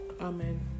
Amen